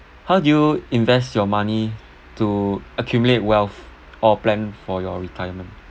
how do you invest your money to accumulate wealth or plan for your retirement